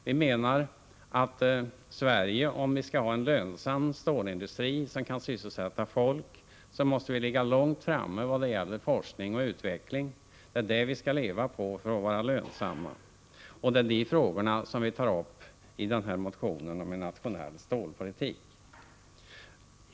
Vi menar att om Sverige skall ha en lönsam stålindustri som kan sysselsätta folk, måste vi ligga långt framme vad gäller forskning och utveckling. Det är detta vi skall leva på för att vara lönsamma. Det är dessa frågor vi tar upp i motionen om en nationell stålpolitik.